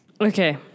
Okay